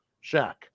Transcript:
Shack